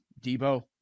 Debo